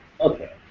okay